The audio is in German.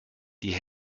die